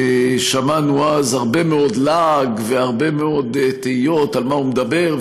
שמענו אז הרבה מאוד לעג והרבה מאוד תהיות על מה הוא מדבר.